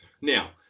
Now